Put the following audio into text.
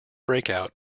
breakout